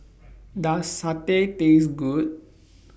Does Satay Taste Good